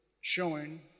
showing